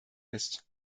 ist